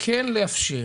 כן לאפשר